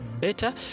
better